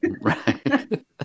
Right